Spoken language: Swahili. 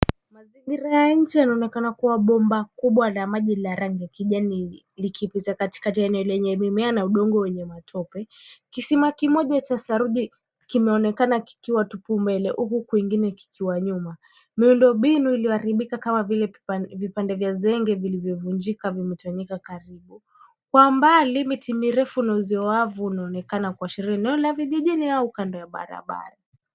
Mazingira ya nje yanaonekana kuwa bomba kubwa la maji, la rangi ya kijani, likipita katikati ya eneo lenye mimea na udogo wenye matope. Kisima kimoja cha saruji kimeonekana kikiwa tupu mbele, huku kwengine kikiwa nyuma. Miundo mbinu iliyoharibika kama vile vipande vya zege vilivyovunjika, vimetawanyika karibu. Kwa mbali miti mirefu na uzio wavu unaonekana, kuashiria eneo la vijijini au kando ya barabara.